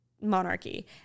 monarchy